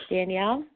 Danielle